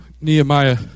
Nehemiah